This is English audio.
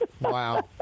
Wow